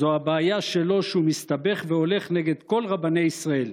זאת הבעיה שלו שהוא מסתבך והולך נגד כל רבני ישראל.